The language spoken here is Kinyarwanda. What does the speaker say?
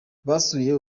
basuye